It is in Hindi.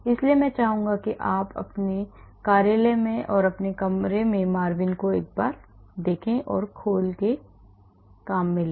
इसलिए मैं चाहूंगा कि आप अपने कार्यालय में अपने कमरे में इस MARVIN पर और खोज करें